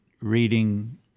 reading